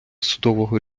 судового